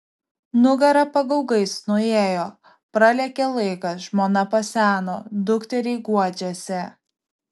nugara pagaugais nuėjo pralėkė laikas žmona paseno dukteriai guodžiasi